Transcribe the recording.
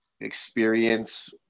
Experience